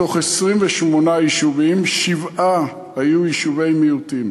מתוך 28 יישובים, שבעה היו יישובי מיעוטים.